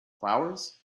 flowers